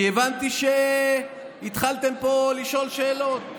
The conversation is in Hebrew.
כי הבנתי שהתחלתם לשאול פה שאלות.